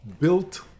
built